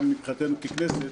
גם מבחינתנו ככנסת